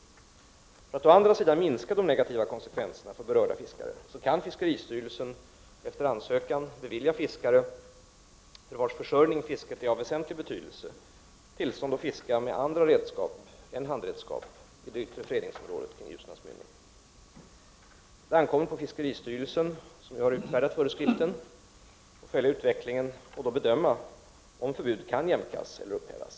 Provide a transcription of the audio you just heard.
För att å andra sidan minska de negativa konsekvenserna för berörda fiskare kan fiskeristyrelsen efter ansökan bevilja fiskare, för vars försörjning fisket är av väsentlig betydelse, tillstånd att fiska med andra redskap än handredskap i det yttre fredningsområdet kring Ljusnans mynning. Det ankommer på fiskeristyrelsen, som ju har utfärdat föreskriften, att följa utvecklingen och då bedöma om förbud kan jämkas eller upphävas.